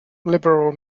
liberal